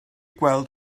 gweld